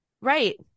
right